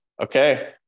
Okay